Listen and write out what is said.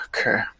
Okay